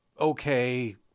okay